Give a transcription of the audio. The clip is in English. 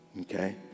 Okay